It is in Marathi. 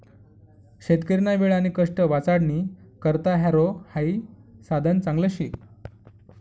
शेतकरीना वेळ आणि कष्ट वाचाडानी करता हॅरो हाई साधन चांगलं शे